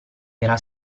era